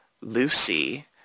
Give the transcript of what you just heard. Lucy